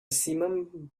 simum